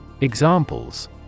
Examples